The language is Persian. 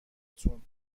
تون